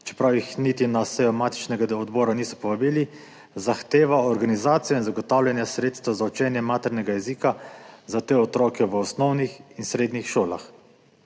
čeprav jih niti na sejo matičnega odbora niso povabili, zahtevajo organizacijo in zagotavljanje sredstev za učenje maternega jezika za te otroke v osnovnih in srednjih šolah.